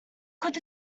could